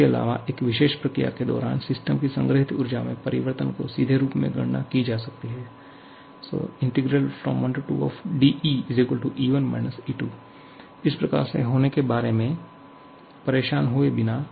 इसके अलावा एक विशेष प्रक्रिया के दौरान सिस्टम की संग्रहीत ऊर्जा में परिवर्तन को सीधे रूप में गणना की जा सकती है 12 d𝐸 𝐸1 − 𝐸2 इस प्रक्रिया के होने के बारे में परेशान हुए बिना